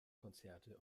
konzerte